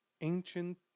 ancient